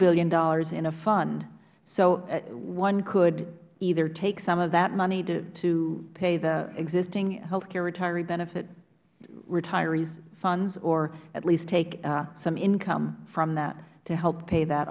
billion in a fund so one could either take some of that money to pay the existing health care retiree benefit retirees funds or at least take some income from that to help pay that